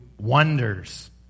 wonders